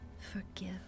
Forgive